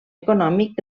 econòmic